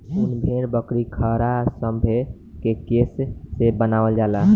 उन भेड़, बकरी, खरहा सभे के केश से बनावल जाला